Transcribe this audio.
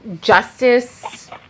justice